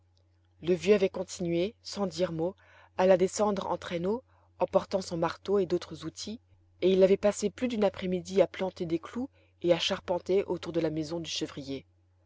le vieux avait continué sans dire mot à la descendre en traîneau emportant son marteau et d'autres outils et il avait passé plus d'une après-midi à planter des clous et à charpenter autour de la maison du chevrier